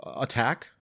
attack